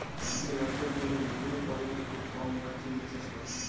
যে লদির জলে লুলের পরিমাল খুব কম উয়াতে চিংড়ি চাষ ক্যরা